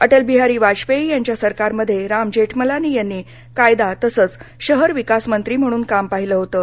अटल बिहारी वाजपेयी यांच्या सरकारमध्ये राम जेठमलानी यांनी कायदा तसंच शहर विकास मंत्री म्हणून काम पाहिलं होतं